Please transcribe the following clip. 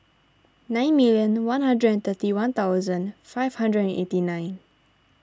nine million one hundred and thirty one thousand five hundred and eighty nine